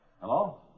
Hello